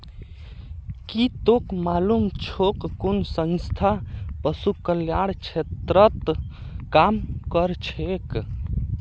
की तोक मालूम छोक कुन संस्था पशु कल्याण क्षेत्रत काम करछेक